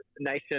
nation